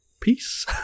peace